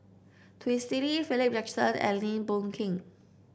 Twisstii Philip Jackson and Lim Boon Keng